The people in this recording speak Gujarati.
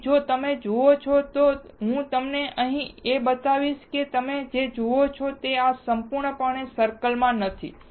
તેથી જો તમે જુઓ છો તો હું તમને તે અહીં બતાવીશ અને જો તમે જુઓ છો કે આ સંપૂર્ણપણે સર્કલમાં નથી